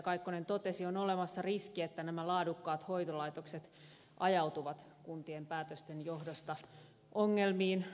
kaikkonen totesi on olemassa riski että nämä laadukkaat hoitolaitokset ajautuvat kuntien päätösten johdosta ongelmiin